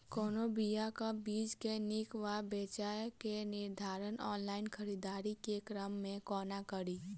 कोनों बीया वा बीज केँ नीक वा बेजाय केँ निर्धारण ऑनलाइन खरीददारी केँ क्रम मे कोना कड़ी?